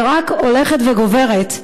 שרק הולכת וגוברת,